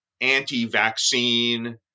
anti-vaccine